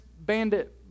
Bandit